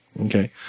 Okay